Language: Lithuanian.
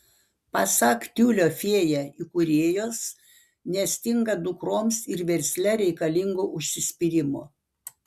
pasak tiulio fėja įkūrėjos nestinga dukroms ir versle reikalingo užsispyrimo